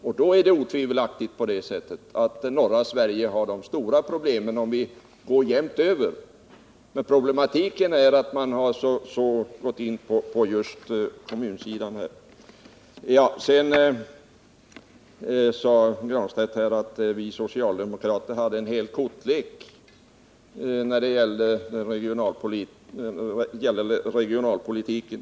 Och då är det otvivelaktigt så att norra Sverige har de stora problemen, om man ser den delen av landet i stort. Men problematiken är alltså att man går in på kommunerna här. Pär Granstedt sade att vi socialdemokrater hade en hel kortlek beträffande regionalpolitiken.